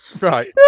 Right